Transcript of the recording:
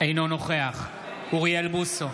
אינו נוכח אוריאל בוסו,